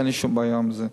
אין שום בעיה עם זה.